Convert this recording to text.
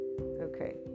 okay